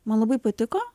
man labai patiko